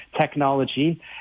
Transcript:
technology